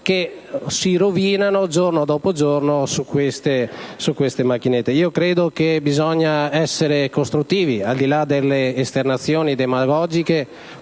che si rovinano, giorno dopo giorno, su queste macchinette. Credo che bisogna essere costruttivi, al di là delle esternazioni demagogiche,